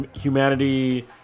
humanity